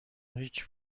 هیچ